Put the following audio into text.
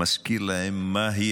מזכיר להם מהי